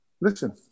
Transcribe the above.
Listen